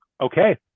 Okay